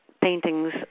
paintings